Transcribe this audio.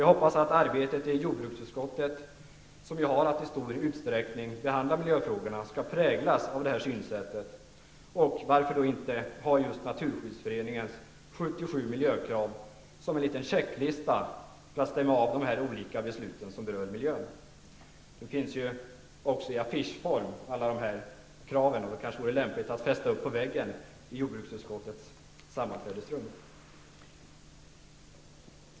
Jag hoppas att arbetet i jordbruksutskottet -- som ju har att i stor utsträckning behandla miljöfrågor -- skall präglas av detta synsätt. Och varför då inte ha just Naturskyddsföreningens 77 miljökrav som en liten checklista för att stämma av de olika beslut som berör miljön? Alla dessa krav finns ju också på en affisch. Det vore kanske lämpligt att fästa en sådan affisch på väggen i jordbruksutskottets sammanträdesrum.